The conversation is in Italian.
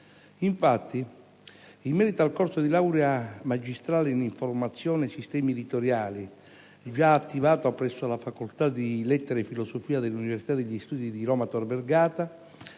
Infatti, in merito al corso di laurea magistrale in informazione e sistemi editoriali, già attivato presso la facoltà di lettere e filosofia dell'Università degli studi di Roma «Tor Vergata»,